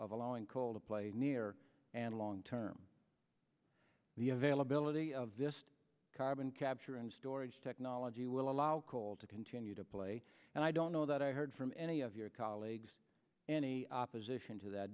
of allowing call to play near and long term the availability of this carbon capture and storage technology will allow coal to continue to play and i don't know that i heard from any of your colleagues any opposition to that